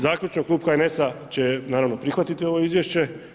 Zaključno, Klub HNS-a će, naravno prihvatiti ovo izvješće.